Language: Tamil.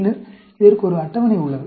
பின்னர் இதற்கு ஒரு அட்டவணை உள்ளது